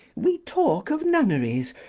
we talk of nunneries,